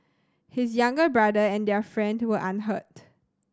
his younger brother and their friend were unhurt